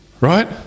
Right